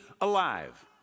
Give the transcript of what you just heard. alive